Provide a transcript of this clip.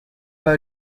pas